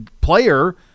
player